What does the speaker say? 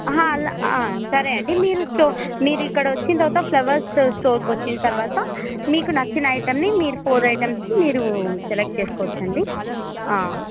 ఆహా అలా ఆ సరే అండి మీరు స్టో మీరు ఇక్కడ వచ్చిన తర్వాత ఫ్లవర్స్ స్టోర్కి వచ్చిన తర్వాత మీకు నచ్చిన ఐటమ్ని మీరు ఫోర్ ఐటమ్స్ని మీరు సెలెక్ట్ చేసుకోవచ్చండి